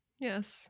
Yes